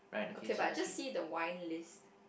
okay but just see the wine list